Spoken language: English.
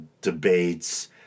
debates